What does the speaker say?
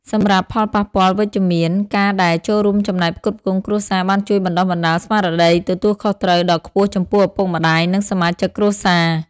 សម្រាប់ផលប៉ះពាល់វិជ្ជមាន ការដែលចូលរួមចំណែកផ្គត់ផ្គង់គ្រួសារបានជួយបណ្ដុះបណ្ដាលស្មារតីទទួលខុសត្រូវដ៏ខ្ពស់ចំពោះឪពុកម្ដាយ និងសមាជិកគ្រួសារ។